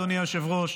אדוני היושב-ראש,